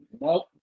Nope